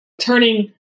turning